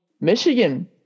Michigan